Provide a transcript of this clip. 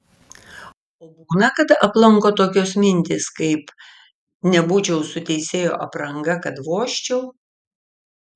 o būna kad aplanko tokios mintys kaip nebūčiau su teisėjos apranga kad vožčiau